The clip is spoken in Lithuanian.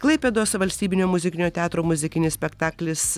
klaipėdos valstybinio muzikinio teatro muzikinis spektaklis